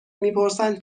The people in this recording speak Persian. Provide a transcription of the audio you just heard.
میپرسن